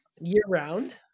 year-round